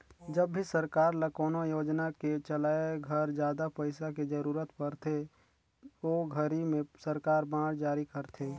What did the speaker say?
जब भी सरकार ल कोनो योजना के चलाए घर जादा पइसा के जरूरत परथे ओ घरी में सरकार बांड जारी करथे